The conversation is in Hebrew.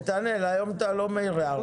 נתנאל, היום אתה לא מעיר הערות.